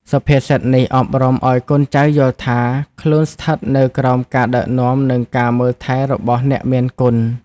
សុភាសិតនេះអប់រំឱ្យកូនចៅយល់ថា ខ្លួនស្ថិតនៅក្រោមការដឹកនាំ និងការមើលថែរបស់អ្នកមានគុណ។